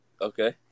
Okay